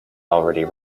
already